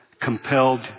compelled